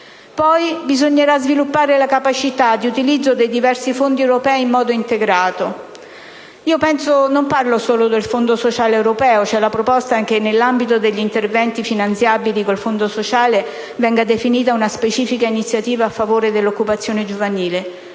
Poi bisognerà sviluppare la capacità di utilizzo dei diversi fondi europei in modo integrato. Non parlo solo del Fondo sociale europeo (c'è la proposta che, nell'ambito degli interventi finanziabili con il Fondo sociale, venga definita una specifica iniziativa a favore dell'occupazione giovanile),